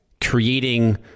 creating